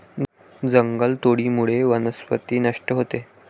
जंगलतोडीमुळे वनस्पती नष्ट होते